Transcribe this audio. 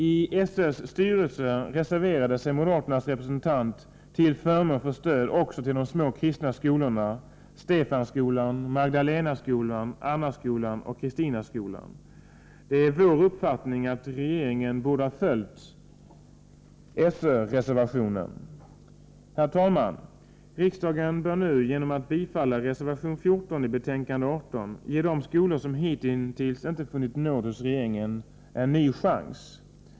I SÖ:s styrelse reserverade sig moderaternas representant till förmån för stöd också till de små kristna skolorna Stefanskolan, Magdalenaskolan, Annaskolan och Kristinaskolan. Det är vår uppfattning att regeringen borde ha följt SÖ-reservationen. Herr talman! Riksdagen bör nu, genom att bifalla reservation 14 i betänkande 18, ge de skolor som hitintills inte funnit nåd hos regeringen en ny chans.